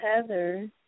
Heather